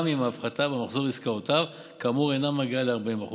גם אם ההפחתה במחזור עסקאותיו כאמור אינה מגיעה ל-40%,